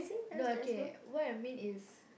no okay what I mean is